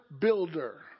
builder